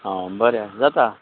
हां बरें जाता